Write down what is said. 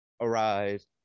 arise